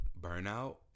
burnout